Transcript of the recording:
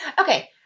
Okay